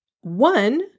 one